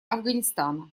афганистана